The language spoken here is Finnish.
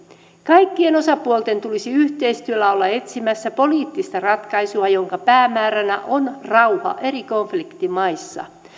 kaikkien osapuolten tulisi yhteistyössä olla etsimässä poliittista ratkaisua jonka päämääränä on rauha eri konfliktimaissa